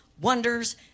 wonders